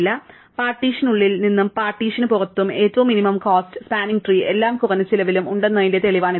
അതിനാൽ പാർട്ടീഷനിനുള്ളിൽ നിന്നും പാർട്ടീഷനു പുറത്തുള്ള ഏറ്റവും മിനിമം കോസ്റ്റ സ്പാനിങ് ട്രീ എല്ലാ കുറഞ്ഞ ചിലവിലും ഉണ്ടെന്നതിന്റെ തെളിവാണിത്